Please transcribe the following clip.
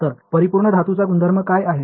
तर परिपूर्ण धातूचा गुणधर्म काय आहे